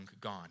gone